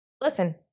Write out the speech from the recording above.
Listen